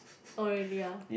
oh really ah